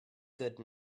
good